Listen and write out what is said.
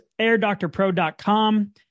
airdoctorpro.com